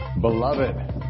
Beloved